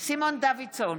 סימון דוידסון,